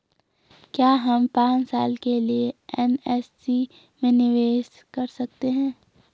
क्या हम पांच साल के लिए एन.एस.सी में निवेश कर सकते हैं?